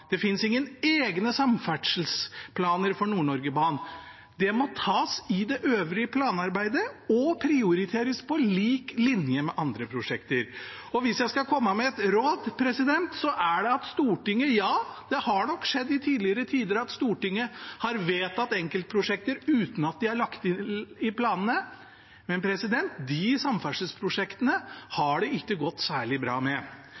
egne samferdselsplaner for Nord-Norge-banen. Det må tas i det øvrige planarbeidet og prioriteres på lik linje med andre prosjekter. Hvis jeg skal komme med et råd, er det at Stortinget – ja, det har nok skjedd i tidligere tider at Stortinget har vedtatt enkeltprosjekter uten at de er lagt inn i planene, men de samferdselsprosjektene har det ikke gått særlig bra med.